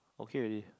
okay already